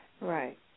Right